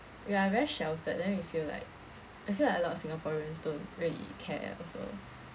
we are very sheltered then we feel like I feel like a lot of singaporeans don't really care also